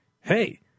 Hey